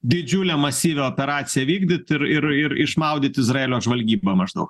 didžiulę masyvią operaciją vykdyt ir ir ir išmaudyt izraelio žvalgybą maždaug